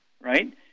right